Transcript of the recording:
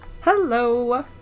Hello